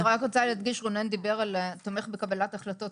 רונן דיבר על תומך בקבלת החלטות.